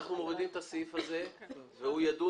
אנחנו מורידים את הסעיף הזה והוא יידון